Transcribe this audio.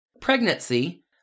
Pregnancy